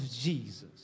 Jesus